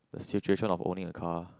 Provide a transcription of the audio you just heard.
the situation of owning a car